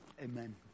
amen